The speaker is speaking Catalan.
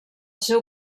seu